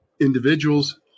individuals